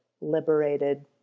liberated